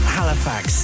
Halifax